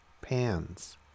Pans